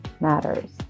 matters